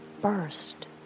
burst